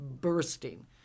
bursting